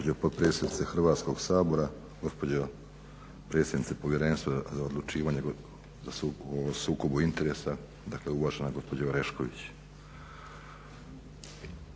Hrvatskog sabora, gospođo predsjednice povjerenstva za odlučivanje o sukobu interesa, dakle uvažena gospođo Orešković.